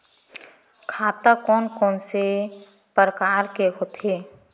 खाता कोन कोन से परकार के होथे?